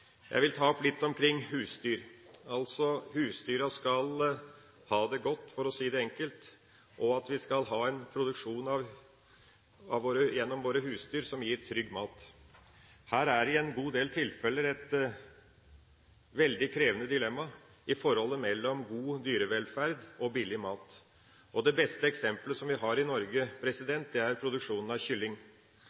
å si det enkelt. Vi skal ha en produksjon, gjennom våre husdyr, som gir trygg mat. Her kommer man, i en god del tilfeller, opp i et veldig krevende dilemma mellom hensynet til god dyrevelferd og hensynet til billig mat. Det beste eksemplet i Norge gjelder produksjonen av kylling. Det hadde vært gledelig for mange miljøer dersom Mattilsynet, som den etaten det er,